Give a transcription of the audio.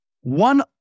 One